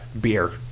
beer